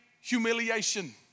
humiliation